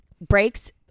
Breaks